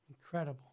Incredible